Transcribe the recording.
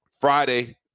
Friday